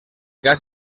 gas